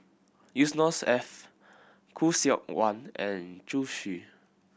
Yusnor Ef Khoo Seok Wan and Zhu Xu